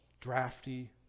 drafty